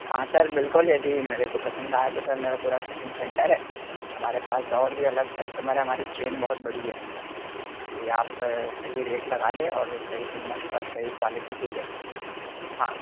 हाँ सर बिलकुल यदि मेरे को पसंद आया तो सर मेरा पूरा टिफ़िन सेंटर है हमारे पास और भी अलग कस्टमर हैं हमारी चेन बहुत बड़ी है यह आप सही रेट लगा दें और सही कीमत पर सही क्वालिटी दे दें हाँ